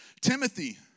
Timothy